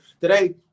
today